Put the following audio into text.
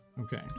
Okay